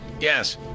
Yes